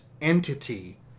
entity